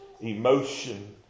emotion